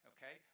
Okay